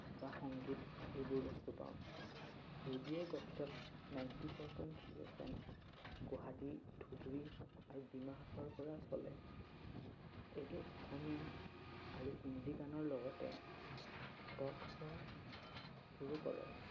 বা সংগীত এইবোৰ বস্তু পাওঁ radio Gupshup ninety four point three F M Guwahati Dhubri আৰু ডিমা হাছাওৰ পৰা চলে এইটো অসমীয়া আৰু হিন্দী গানৰ লগতে টক শ্ব'বোৰো কৰাই